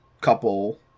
couple